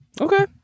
Okay